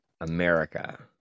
America